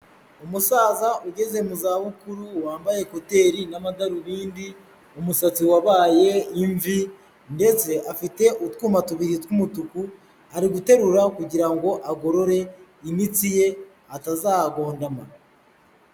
Umusaza ugeze mu zabukuru wambaye kuteri n'amadarubindi, umusatsi wabaye imvi ndetse afite utwuma tubiri tw'umutuku ari guterura kugira ngo agorore imitsi ye atazagondama.